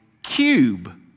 cube